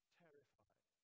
terrified